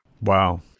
Wow